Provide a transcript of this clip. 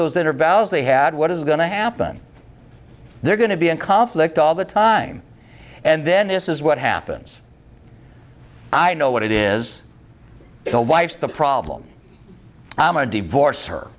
those that are values they had what is going to happen they're going to be in conflict all the time and then this is what happens i know what it is the wife's the problem i'm a divorce her